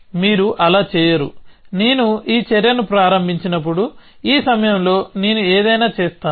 మీరు అలా చేయరునేను ఈ చర్యను ప్రారంభించినప్పుడు ఈ సమయంలో నేను ఏదైనా చేస్తాను